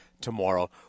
tomorrow